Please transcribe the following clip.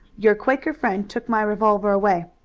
your quaker friend took my revolver away.